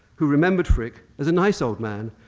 who remembered frick as a nice old man,